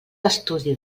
estudi